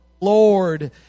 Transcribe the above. Lord